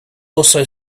also